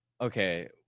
Okay